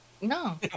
No